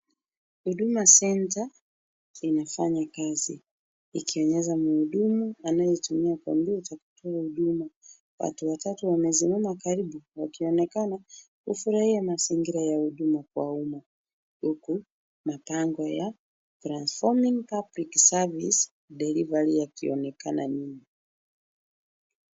Huduma Centre inafanya kazi ikionyesha mhudumu anayetumia komputa kutoa huduma. Watu watatu wamesimama karibu wakionekana kufurahia mazingira ya huduma kwa umma. Huku mabango ya Transforming Public Service Delivery yakionekana nyuma.